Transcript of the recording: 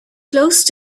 close